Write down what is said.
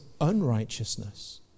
unrighteousness